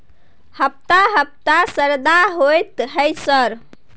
हफ्ता हफ्ता शरदा होतय है सर?